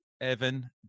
Evan